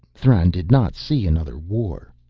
thran did not see another war.